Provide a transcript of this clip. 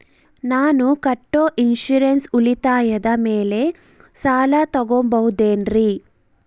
ನಾನು ಕಟ್ಟೊ ಇನ್ಸೂರೆನ್ಸ್ ಉಳಿತಾಯದ ಮೇಲೆ ಸಾಲ ತಗೋಬಹುದೇನ್ರಿ?